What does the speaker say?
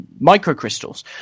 microcrystals